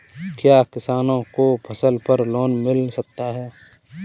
क्या किसानों को फसल पर लोन मिल सकता है?